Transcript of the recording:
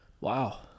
Wow